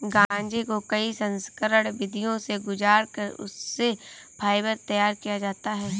गांजे को कई संस्करण विधियों से गुजार कर उससे फाइबर तैयार किया जाता है